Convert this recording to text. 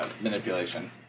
manipulation